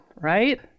right